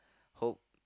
hope